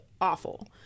awful